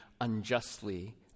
unjustly